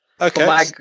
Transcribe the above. Okay